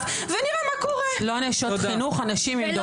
ונראה מה קורה --- לא נשות חינוך אנשים עם דופק.